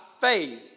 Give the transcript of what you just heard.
faith